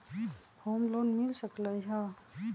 Home loan मिल सकलइ ह?